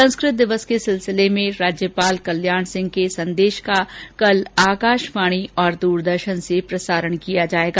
संस्कृत दिवस के सिलसिले में राज्यपाल कल्याण सिंह के संदेश का कल आकाशवाणी और दूरदर्शन से प्रसारण किया जाएगा